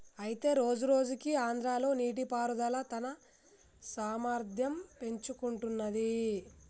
అయితే రోజురోజుకు ఆంధ్రాలో నీటిపారుదల తన సామర్థ్యం పెంచుకుంటున్నది